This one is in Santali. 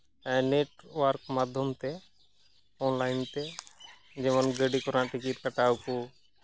ᱱᱮᱴᱣᱟᱨᱠ ᱢᱟᱫᱽᱫᱷᱚᱢ ᱛᱮ ᱚᱱᱞᱟᱭᱤᱱ ᱛᱮ ᱜᱟᱹᱰᱤ ᱠᱚᱨᱮᱱᱟᱜ ᱴᱤᱠᱤᱴ ᱠᱟᱴᱟᱣ ᱠᱚ